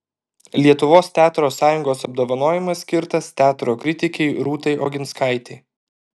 lietuvos teatro sąjungos apdovanojimas skirtas teatro kritikei rūtai oginskaitei